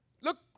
Look